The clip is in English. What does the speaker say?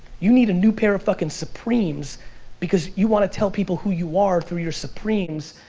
you need a new pair of fucking supremes because you wanna tell people who you are through your supremes,